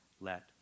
let